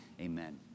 Amen